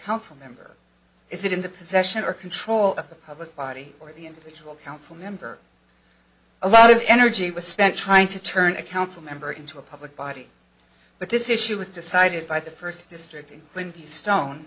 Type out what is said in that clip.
council member is it in the possession or control of the public body or the individual council member a lot of energy was spent trying to turn a council member into a public body but this issue was decided by the first district and when the stone